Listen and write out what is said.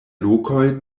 lokoj